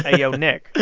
yo, nick.